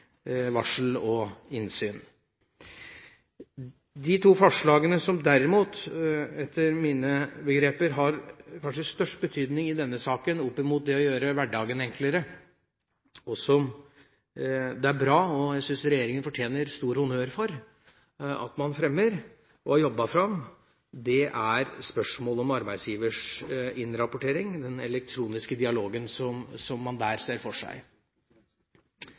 varsel og innsyn. De to forslagene som derimot etter mine begreper har kanskje størst betydning i denne saken opp mot det å gjøre hverdagen enklere, og som det er bra at man fremmer og har jobba fram, som jeg syns regjeringa fortjener stor honnør for, er spørsmålet om arbeidsgivers innrapportering og den elektroniske dialogen som man der ser for seg.